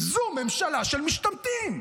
זאת ממשלה של משתמטים.